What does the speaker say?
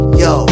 yo